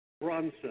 Bronson